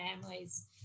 families